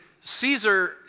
Caesar